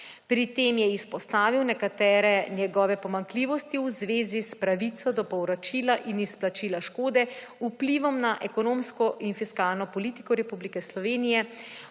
Pri tem je izpostavil nekatere njegove pomanjkljivosti v zvezi s pravico do povračila in izplačila škode, vplivom na ekonomsko in fiskalno politiko Republike Slovenije,